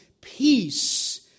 Peace